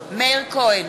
מאיר כהן,